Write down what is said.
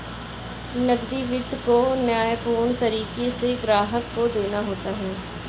नकदी वित्त को न्यायपूर्ण तरीके से ग्राहक को देना होता है